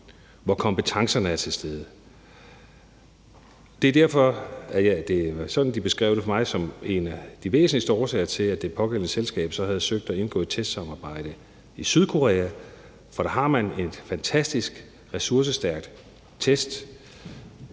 hvor kompetencerne er til stede. Det er sådan, de beskrev det for mig som en af de væsentligste årsager til, at det pågældende selskab så havde søgt at indgå et testsamarbejde i Sydkorea, for der har man et fantastisk ressourcestærkt testmiljø,